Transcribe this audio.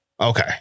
Okay